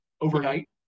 overnight